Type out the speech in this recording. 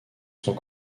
sont